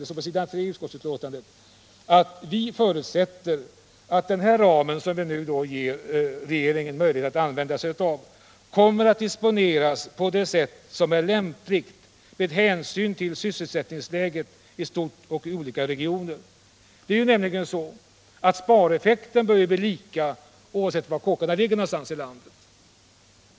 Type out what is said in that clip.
Den behandlas i en mening på s. 3 i betänkandet: ”Utskottet har förutsatt att motsvarande ram —-— kommer att disponeras på det sätt som är lämpligt med hänsyn till sysselsättningsläget i stort och i olika regioner.” Det är nämligen så att spareffekten bör bli densamma, oavsett var kåkarna ligger i landet.